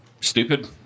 Stupid